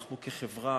אנחנו כחברה,